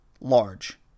large